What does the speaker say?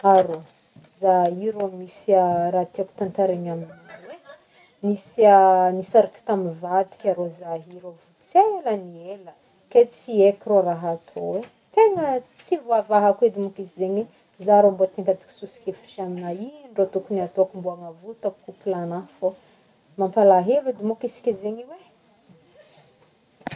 Ah rô, za io rô misy raha tiàko tantaraigny amignao e nisy nisaraky tamy vadiky ah rô zaho i rô tsy ela gny ela ke tsy haiko rô raha atao tegna tsy voavahako edy mônko izy zegny za rô mbô te angataky sosokevitry amigna i ino rô tokony ataoko mbô agnavotako couple agnahy? fô mampalahelo edy mônko izy ke zegny i.